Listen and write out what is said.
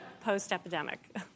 post-epidemic